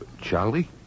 Charlie